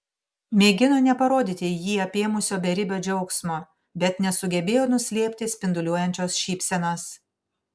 mėgino neparodyti jį apėmusio beribio džiaugsmo bet nesugebėjo nuslėpti spinduliuojančios šypsenos